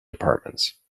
departments